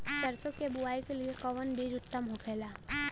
सरसो के बुआई के लिए कवन बिज उत्तम होखेला?